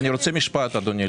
יורידו את המחירים,